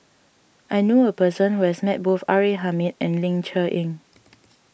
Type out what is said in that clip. I knew a person who has met both R A Hamid and Ling Cher Eng